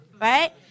right